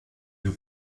donc